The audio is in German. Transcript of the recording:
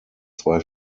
zwei